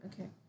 Okay